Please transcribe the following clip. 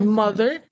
mother